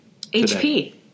HP